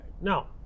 Now